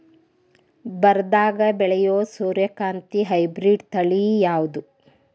ಬರದಾಗ ಬೆಳೆಯೋ ಸೂರ್ಯಕಾಂತಿ ಹೈಬ್ರಿಡ್ ತಳಿ ಯಾವುದು?